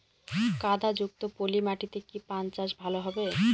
কাদা যুক্ত পলি মাটিতে কি পান চাষ ভালো হবে?